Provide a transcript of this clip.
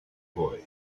boy